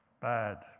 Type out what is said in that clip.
Bad